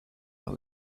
how